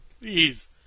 Please